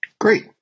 Great